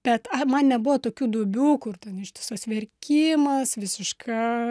bet man nebuvo tokių duobių kur ten ištisas verkimas visiška